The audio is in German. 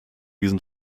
diesen